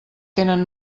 tenen